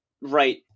right